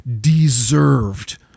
deserved